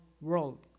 world